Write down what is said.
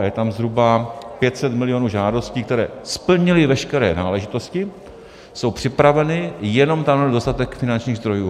Je tam zhruba 500 milionů žádostí, které splnily veškeré náležitosti, jsou připraveny, jenom tam je nedostatek finančních zdrojů.